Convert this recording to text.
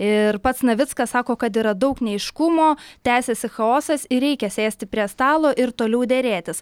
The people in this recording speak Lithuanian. ir pats navickas sako kad yra daug neaiškumo tęsiasi chaosas ir reikia sėsti prie stalo ir toliau derėtis